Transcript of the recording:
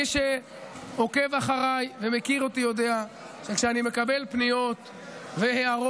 מי שעוקב אחריי ומכיר אותי יודע שכשאני מקבל פניות והערות,